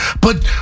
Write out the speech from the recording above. but-